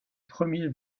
premier